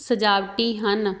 ਸਜਾਵਟੀ ਹਨ